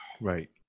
Right